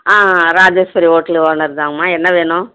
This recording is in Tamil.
ஆ ராஜேஸ்வரி ஹோட்டல் ஓனரு தானுங்மா என்ன வேணும்